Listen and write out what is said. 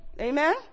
Amen